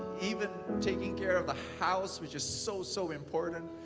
even taking care of the house which is so, so important.